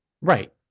right